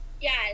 yes